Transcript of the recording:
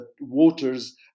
waters